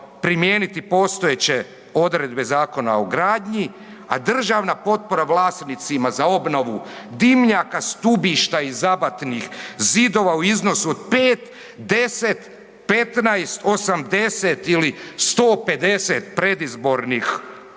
primijeniti postojeće odredbe Zakona o gradnji, a državna potpora vlasnicima za obnovu dimnjaka, stubišta i zabatnih zidova u iznosu od 5, 10, 15, 80 ili 150 predizbornih